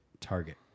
target